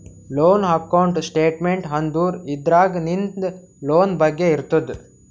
loan account statement ಅಂದುರ್ ಅದ್ರಾಗ್ ನಿಂದ್ ಲೋನ್ ಬಗ್ಗೆ ಇರ್ತುದ್